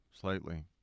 slightly